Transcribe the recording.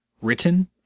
written